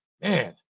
man